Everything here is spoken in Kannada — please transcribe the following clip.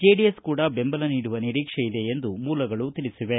ಜೆಡಿಎಸ್ ಕೂಡಾ ಬೆಂಬಲ ನೀಡುವ ನಿರೀಕ್ಷೆ ಇದೆ ಎಂದು ಮೂಲಗಳು ತಿಳಿಸಿವೆ